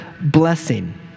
blessing